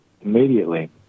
immediately